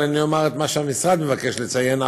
אבל אומר את מה שהמשרד מבקש לציין.